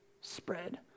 spread